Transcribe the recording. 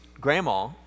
grandma